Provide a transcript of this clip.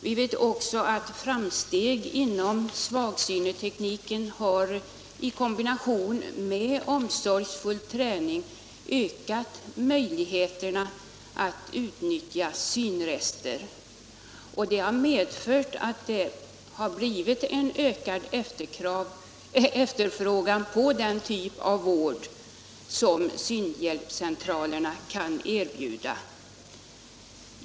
Vi vet också att framstegen inom svagsynstekniken i kombination med omsorgsfull träning har ökat möjligheterna att utnyttja synrester. Detta har medfört en ökad efterfrågan på den typ av vård som synhjälpscentralerna kan erbjuda.